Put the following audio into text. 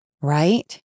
right